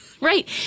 Right